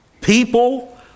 people